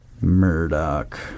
Murdoch